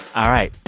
all right.